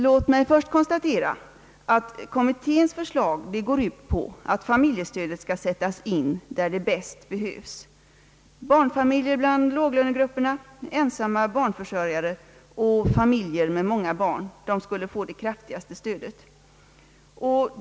Låt mig då först konstatera att kommitténs förslag går ut på att familjestödet skall sättas in där det bäst behövs — barnfamiljer bland låglönegrupperna, ensamma barnförsörjare och familjer med många barn skulle få det kraftigaste stödet.